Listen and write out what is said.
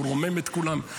הוא רומם את כולם.